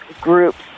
groups